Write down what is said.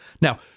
Now